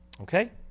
Okay